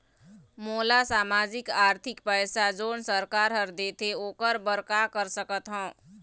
मोला सामाजिक आरथिक पैसा जोन सरकार हर देथे ओकर बर का कर सकत हो?